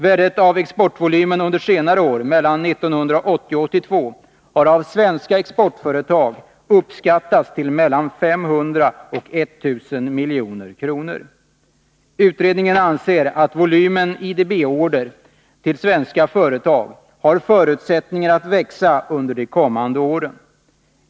Värdet av exportvolymen under senare år, mellan 1980 och 1982, har av svenska exportföretag uppskattats till mellan 500 och 1 000 milj.kr. Utredningen anser att volymen IDB-order till svenska företag har förutsättningar att växa under de kommande åren.